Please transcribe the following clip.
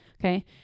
okay